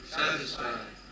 satisfied